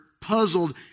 puzzled